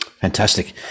Fantastic